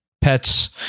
pets